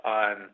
on